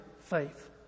faith